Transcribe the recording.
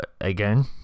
again